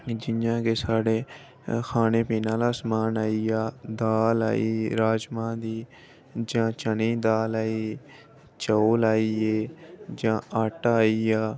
जि'यां के साढ़े खाने पीने आह्ला समान आई आ दाल आई गेई राजमांह् दी जां चने दी दाल आई ई चौल आई ए जां आटा आई आ